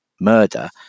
murder